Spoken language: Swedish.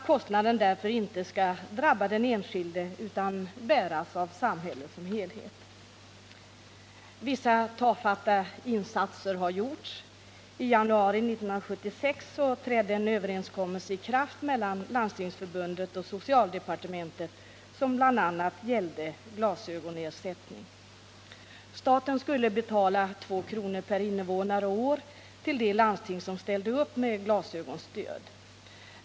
Kostnaden därför skall inte drabba den enskilde utan bäras av samhället som helhet. Vissa tafatta insatser har gjorts. I januari 1976 trädde en överenskommelse i kraft mellan Landstingsförbundet och socialdepartementet, vilken bl.a. gällde glasögonersättning. Staten skulle betala 2 kr. per invånare och år till de landsting som ställde upp med glasögonstöd.